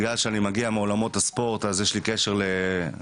בגלל שאני מגיע מעולמות הספורט, יש לי קשר לרון,